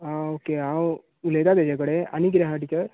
आ okay हांव उलयतां तेजे कडेन आनी कितें आसा टिचर